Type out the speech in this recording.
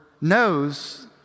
knows